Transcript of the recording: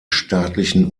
staatlichen